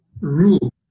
rule